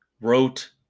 wrote